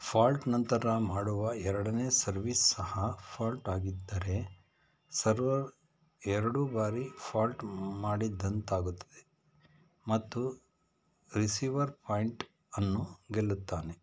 fault ನಂತರ ಮಾಡುವ ಎರಡನೇ ಸರ್ವೀಸ್ ಸಹ ಫಾಲ್ಟ್ ಆಗಿದ್ದರೆ ಸರ್ವರ್ ಎರಡು ಬಾರಿ ಫಾಲ್ಟ್ ಮಾಡಿದಂತಾಗುತ್ತದೆ ಮತ್ತು ರಿಸೀವರ್ ಪಾಯಿಂಟ್ ಅನ್ನು ಗೆಲ್ಲುತ್ತಾನೆ